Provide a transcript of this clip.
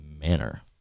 manner